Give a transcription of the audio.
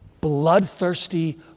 bloodthirsty